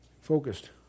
focused